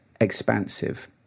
expansive